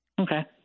Okay